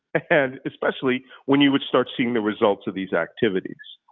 and especially when you would start seeing the results of these activities.